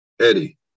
Eddie